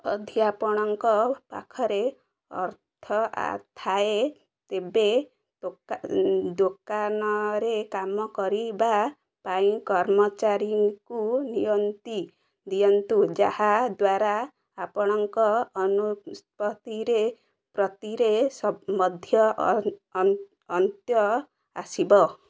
ଯଦି ଆପଣଙ୍କ ପାଖରେ ଅର୍ଥ ଥାଏ ତେବେ ଦୋକାନରେ କାମ କରିବା ପାଇଁ କର୍ମଚାରୀଙ୍କୁ ନିଅନ୍ତି ଦିଅନ୍ତୁ ଯାହା ଦ୍ୱାରା ଆପଣଙ୍କ ଅନୁପସ୍ଥିତିରେ ମଧ୍ୟ ଅନ୍ତ୍ୟ ଆସିବ